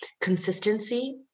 consistency